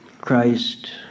Christ